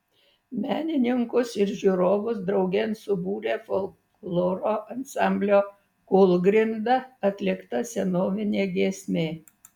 menininkus ir žiūrovus draugėn subūrė folkloro ansamblio kūlgrinda atlikta senovinė giesmė